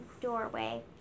doorway